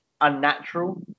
unnatural